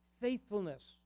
faithfulness